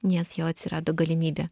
nes jau atsirado galimybė